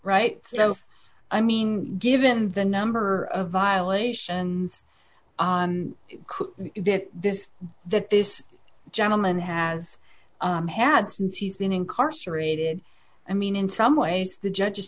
right so i mean given the number of violations that this that this gentleman has had since he's been incarcerated i mean in some ways the judge